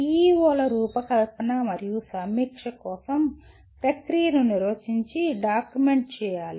PEO ల రూపకల్పన మరియు సమీక్ష కోసం ప్రక్రియను నిర్వచించి డాక్యుమెంట్ చేయాలి